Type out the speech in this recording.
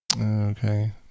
okay